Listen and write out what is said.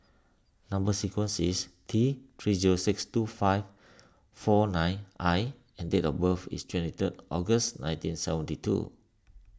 Number Sequence is T three zero six two five four nine I and date of birth is twenty third August nineteen seventy two